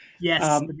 Yes